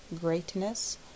greatness